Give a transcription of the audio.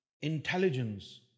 intelligence